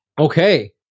Okay